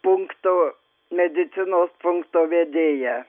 punkto medicinos punkto vedėja